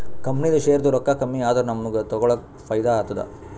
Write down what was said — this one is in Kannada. ಕಂಪನಿದು ಶೇರ್ದು ರೊಕ್ಕಾ ಕಮ್ಮಿ ಆದೂರ ನಮುಗ್ಗ ತಗೊಳಕ್ ಫೈದಾ ಆತ್ತುದ